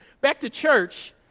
back-to-church